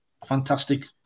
fantastic